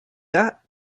that